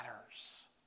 matters